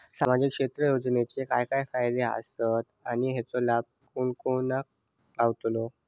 सामजिक क्षेत्र योजनेत काय काय फायदे आसत आणि हेचो लाभ कोणा कोणाक गावतलो?